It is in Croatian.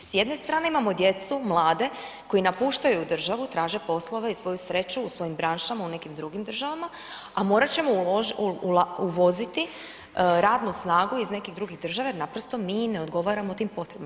S jedne strane imamo djecu, mlade koji napuštaju državu, traže poslove i svoju sreću u svojim branšama u nekim drugim državama, a morat ćemo uvoziti radnu snagu iz nekih drugih država jer naprosto mi ne odgovaramo tim potrebama.